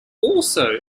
also